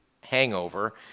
Hangover